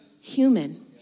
human